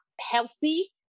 healthy